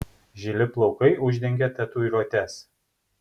žili plaukai uždengė tatuiruotes